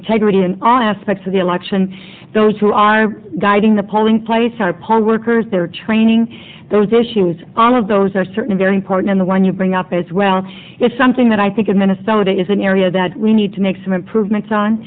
integrity in all aspects of the election those who are guiding the polling place are punk workers they're training there's issues on of those are certain very important in the one you bring up as well it's something that i think and then it's down to is an area that we need to make some improvements